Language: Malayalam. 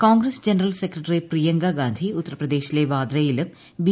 കോൺഗ്രസ് ജനറൽ സെക്രട്ടറി പ്രിയ്യങ്കാ ഗാന്ധി ഉത്തർപ്രദേശിലെ വാദ്രായിലും ബി